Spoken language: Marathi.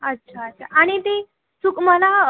अच्छा अच्छा आणि ते सुक मला